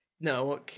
No